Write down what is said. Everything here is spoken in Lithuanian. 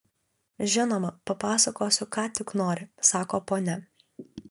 žinoma papasakosiu ką tik nori sako ponia